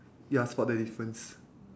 ya spot the difference